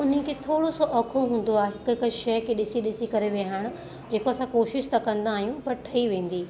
त उन्ही खे थोरो सो ओखो हूंदो आहे हिकु हिकु शइ ॾिसी ॾिसी करे विहणु जेको असां कोशिशि त कंदा आहियूं पर ठही वेंदी